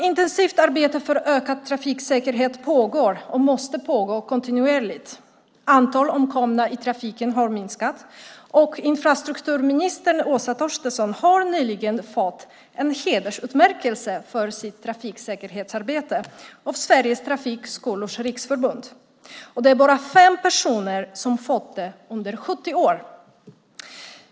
Intensivt arbete för ökad trafiksäkerhet pågår och måste pågå kontinuerligt. Antalet omkomna i trafiken har minskat, och infrastrukturminister Åsa Torstensson har nyligen fått en hedersutmärkelse för sitt trafiksäkerhetsarbete av Sveriges Trafikskolors Riksförbund. Det är bara fem personer som tidigare fått denna utmärkelse under 70 år.